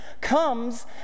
comes